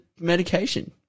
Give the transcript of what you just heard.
medication